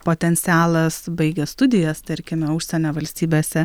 potencialą s baigę studijas tarkime užsienio valstybėse